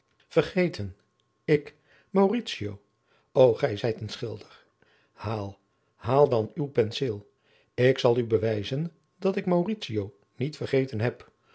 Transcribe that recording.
vergeten ik mauritio o gij zijt een schilder haal haal dan uw penseel ik zal u bewijzen dat ik mauritio niet vergeten heb